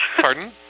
Pardon